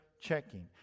checking